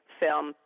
film